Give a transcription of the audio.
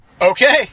Okay